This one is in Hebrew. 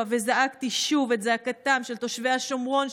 וזעקתי שוב את זעקתם של תושבי השומרון,